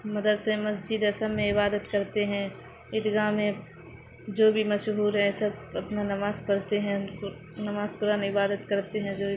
مدرسے مسجد ہیں سب میں عبادت کرتے ہیں عیدگاہ میں جو بھی مشہور ہیں سب اپنا نماز پڑھتے ہیں نماز قرآن عبادت کرتے ہیں جو